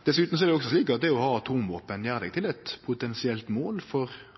Dessutan er det også slik at det å ha atomvåpen gjer ein til eit potensielt mål for